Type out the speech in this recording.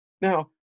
now